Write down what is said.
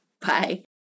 Bye